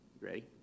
Ready